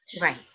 Right